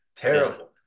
terrible